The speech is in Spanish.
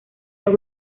los